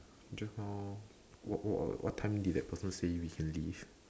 just now what what time did that person say we can leave